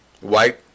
White